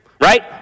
right